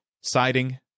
siding